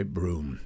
Broom